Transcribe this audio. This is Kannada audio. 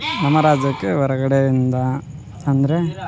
ನಮ್ಮ ರಾಜ್ಯಕ್ಕೆ ಹೊರಗಡೆಯಿಂದ ಅಂದರೆ